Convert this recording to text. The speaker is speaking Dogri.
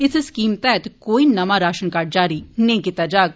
इस स्कीम तैहत कोई नमां राशन कार्ड जारी नेंई कीता जाग